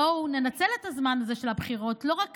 בואו ננצל את הזמן הזה של הבחירות לא רק